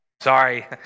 Sorry